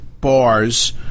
bars